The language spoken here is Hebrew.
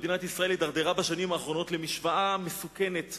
מדינת ישראל הידרדרה בשנים האחרונות למשוואה מסוכנת,